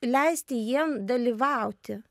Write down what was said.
leisti jiem dalyvauti